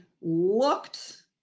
looked